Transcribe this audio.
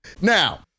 Now